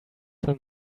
them